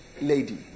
lady